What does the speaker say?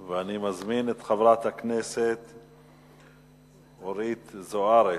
אני מזמין את חברת הכנסת אורית זוארץ.